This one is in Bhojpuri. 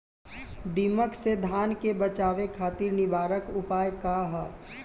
दिमक से धान के बचावे खातिर निवारक उपाय का ह?